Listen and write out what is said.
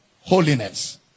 holiness